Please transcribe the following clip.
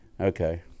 Okay